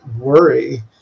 worry